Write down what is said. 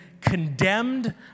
condemned